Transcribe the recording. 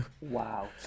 wow